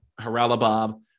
Haralabob